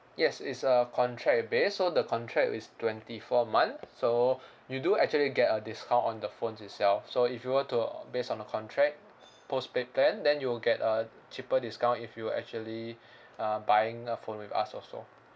yes it's a contract based so the contract is twenty four month so you do actually get a discount on the phones itself so if you were to based on the contract postpaid plan then you will get a cheaper discount if you actually are buying a phone with us also